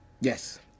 Yes